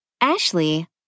Ashley